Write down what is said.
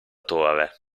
torre